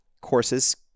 courses